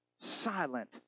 silent